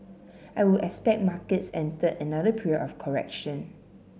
I would expect markets entered another period of correction